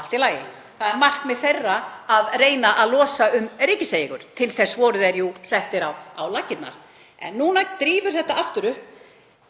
Allt í lagi, það er markmið hennar að reyna að losa um ríkiseigur, til þess var hún sett á laggirnar. En svo drífur þetta aftur upp